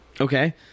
Okay